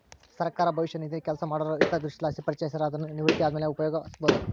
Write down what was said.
ಸರ್ಕಾರ ಭವಿಷ್ಯ ನಿಧಿನ ಕೆಲಸ ಮಾಡೋರ ಹಿತದೃಷ್ಟಿಲಾಸಿ ಪರಿಚಯಿಸ್ಯಾರ, ಅದುನ್ನು ನಿವೃತ್ತಿ ಆದ್ಮೇಲೆ ಉಪಯೋಗ್ಸ್ಯಬೋದು